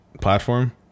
platform